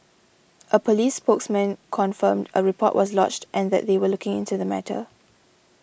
a police spokesman confirmed a report was lodged and that they were looking into the matter